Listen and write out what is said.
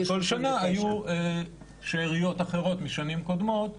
ובכל שנה היו שאריות אחרות משנים קודמות שהגדילו.